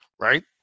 Right